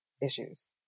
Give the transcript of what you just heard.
issues